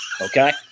okay